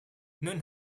nun